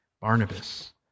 Barnabas